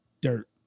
Dirt